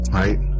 right